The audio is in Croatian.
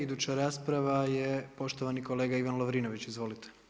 Iduća rasprava je poštovani kolega Ivan Lovrinović, izvolite.